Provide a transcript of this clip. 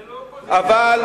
זה לא אופוזיציה, זה קואליציה.